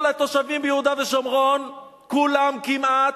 כל התושבים ביהודה ושומרון, כולם כמעט,